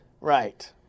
Right